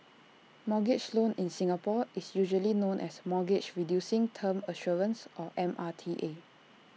mortgage loan in Singapore is usually known as mortgage reducing term assurance or M R T A